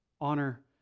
Honor